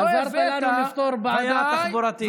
בעצם לא הבאת, עזרת לנו לפתור בעיה תחבורתית.